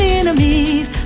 enemies